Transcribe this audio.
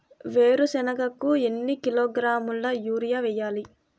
వేరుశనగకు ఎన్ని కిలోగ్రాముల యూరియా వేయాలి?